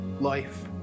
life